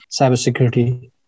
cybersecurity